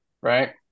right